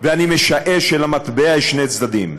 ואני משער שלמטבע יש שני צדדים,